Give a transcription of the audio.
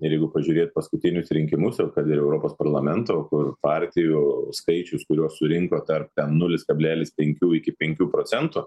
ir jeigu pažiūrėt paskutinius rinkimus ar kad ir europos parlamento kur partijų skaičius kurios surinko tarp ten nulis kablelis penkių iki penkių procentų